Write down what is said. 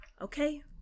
Okay